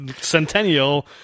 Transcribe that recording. Centennial